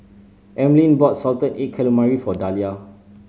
Emaline bought salted egg calamari for Dalia